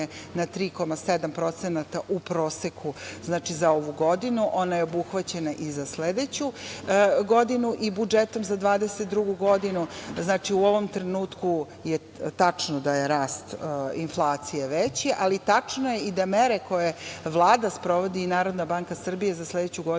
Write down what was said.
na 3,7% u proseku za ovu godinu, ona je obuhvaćena i za sledeću godinu i budžetom za 2022. godinu. Znači, u ovom trenutku je tačno da je rast inflacije veći, ali tačno je i da mere koje Vlada sprovodi i Narodna banka Srbije za sledeću godinu,